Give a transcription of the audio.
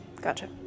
Gotcha